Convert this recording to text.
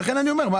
לכן אני אומר,